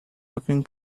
looking